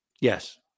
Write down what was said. yes